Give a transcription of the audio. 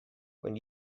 when